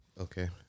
Okay